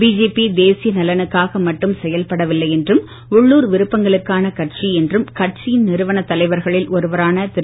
BJP தேசிய நலனுக்காக மட்டும் செயல்படவில்லை என்றும் உள்ளூர் விருப்பங்களுக்கான கட்சி என்றும் கட்சியின் நிறுவன தலைவர்களில் ஒருவரான திரு